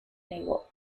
negó